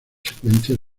secuencias